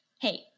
Hey